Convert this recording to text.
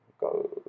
go